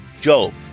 Job